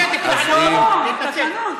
לא, התקנון.